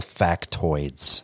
factoids